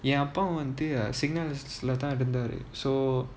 என் அப்பாவும் வந்து:en appaavum vanthu signal ல தான் இருந்தாரு:la thaan irunthaaru so